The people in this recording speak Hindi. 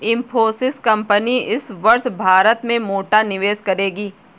इंफोसिस कंपनी इस वर्ष भारत में मोटा निवेश करेगी